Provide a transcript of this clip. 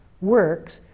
works